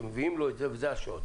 וכשמביאים לו את זה אז יש את השוט.